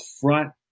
front